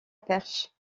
perche